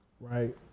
right